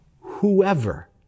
whoever